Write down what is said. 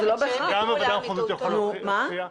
גם בוועדה המחוזית הוא יכול להופיע.